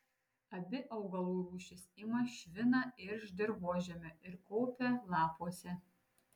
abi augalų rūšys ima šviną iš dirvožemio ir kaupia lapuose